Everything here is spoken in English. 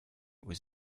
was